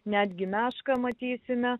netgi mešką matysime